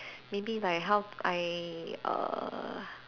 maybe like how I err